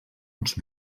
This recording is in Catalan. uns